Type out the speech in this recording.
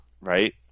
right